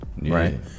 Right